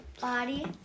Body